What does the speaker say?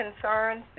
concerns